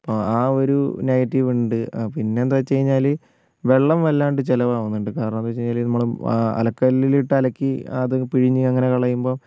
ആ ഒരു നെഗറ്റീവ് ഉണ്ട് പിന്നെ എന്താ വെച്ചുകഴിഞ്ഞാൽ വെള്ളം വല്ലാണ്ട് ചിലവാകുന്നുണ്ട് കാരണം എന്തെന്നുവെച്ചാൽ നമ്മൾ അലക്ക് കല്ലിലിട്ടു അലക്കി അത് പിഴിഞ്ഞ് അങ്ങനെ കളയുമ്പോൾ